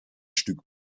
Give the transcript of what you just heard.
stück